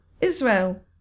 Israel